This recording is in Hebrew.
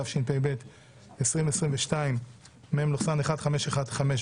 התשפ"ב-2022 (מ/1515),